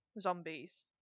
zombies